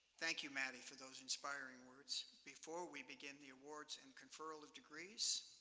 thank you, maddy, for those inspiring words. before we begin the awards and conferral of degrees,